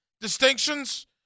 distinctions